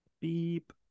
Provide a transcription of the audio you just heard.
Beep